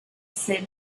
said